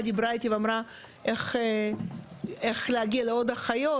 דיברה איתי ואמרה איך להגיע לעוד אחיות,